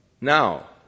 Now